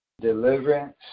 deliverance